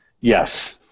Yes